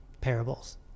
parables